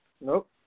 Nope